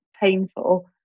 painful